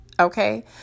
Okay